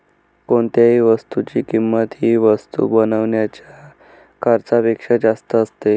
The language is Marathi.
कोणत्याही वस्तूची किंमत ही वस्तू बनवण्याच्या खर्चापेक्षा जास्त असते